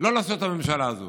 שלא לעשות את הממשלה הזאת?